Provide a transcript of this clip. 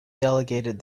delegated